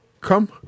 come